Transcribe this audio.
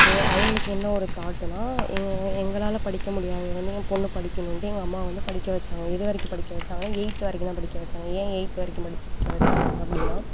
so அவங்களுக்கு என்ன ஒரு தாட்டுன்னால் எங் எங்களால் படிக்க முடியாததை வந்து என் பெண்ணு படிக்கணுன்டு எங்கள் அம்மா வந்து படிக்க வச்சாங்க எது வரைக்கும் படிக்க வச்சாங்கன்னா எயித்து வரைக்குந்தான் படிக்க வச்சாங்க ஏன் எயித்து வரைக்கும் படித்து படிக்க வச்சாங்க அப்படின்னா